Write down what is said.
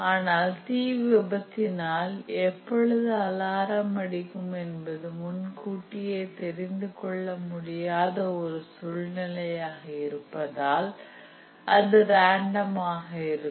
ஆனால் தீ விபத்தினால் எப்பொழுது அலாரம் அடிக்கும் என்பது முன்கூட்டியே தெரிந்து கொள்ளமுடியாத ஒரு சூழ்நிலையாக இருப்பதால் அது ராண்டம் ஆக இருக்கும்